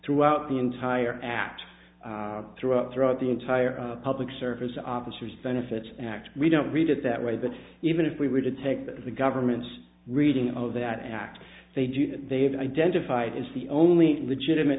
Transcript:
throughout the entire act through up throughout the entire public service officers benefits act we don't read it that way but even if we were to take the government's reading of that act they do that they have identified as the only legitimate